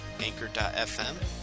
Anchor.fm